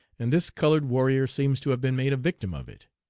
and this colored warrior seems to have been made a victim of it.